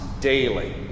daily